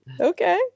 okay